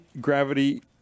gravity